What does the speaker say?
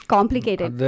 Complicated